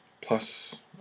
plus